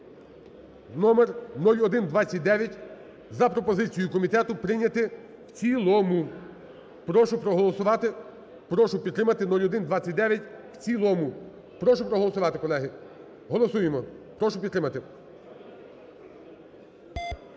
(номер 0129) за пропозицією комітету прийняти в цілому. Прошу проголосувати. Прошу підтримати 0129 в цілому. Прошу проголосувати, колеги, голосуємо, прошу підтримати.